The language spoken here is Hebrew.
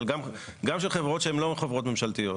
אבל גם של חברות שהן לא חברות ממשלתיות